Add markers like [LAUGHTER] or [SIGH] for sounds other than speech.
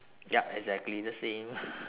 yup exactly the same [LAUGHS]